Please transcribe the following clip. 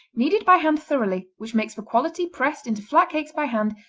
kneaded by hand thoroughly, which makes for quality, pressed into flat cakes by hand,